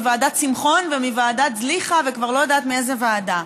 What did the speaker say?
מוועדת שמחון ומוועדת זליכה ואני כבר לא יודעת מאיזו ועדה.